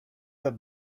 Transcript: the